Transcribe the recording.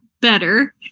better